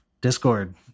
discord